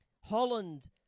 Holland